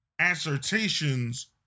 assertions